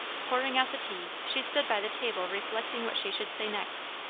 pouring out the tea, she stood by the table reflecting what she should say next.